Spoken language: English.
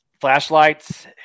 Flashlights